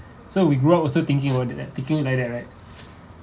so we grew up also thinking about th~ thinking like that right